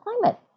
climate